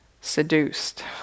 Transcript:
seduced